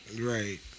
Right